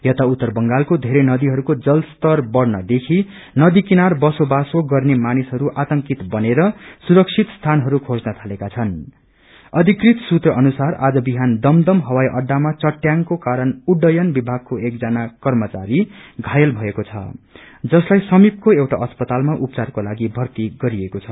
यता उत्तर बंगालको धेरै नदीहरूको जलस्तर बढनदेखि नदी किनार बसोबासो गर्ने मानिसहरू आतंकित भएर सुरवित स्यानहरू खेञ्न चालेका छनृं अधिकृत सुत्र अनुसार आ जबिहान दमदम हवाई अहामा चटयांगको कारण उह्वयन विभागको एकजना कर्मचारी घायल भएको छ जसलाई समिपक्रो एउटा अस्पतालमा उपचारको लागि भर्ती गरिएको छ